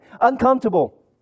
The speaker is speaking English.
Uncomfortable